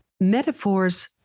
metaphors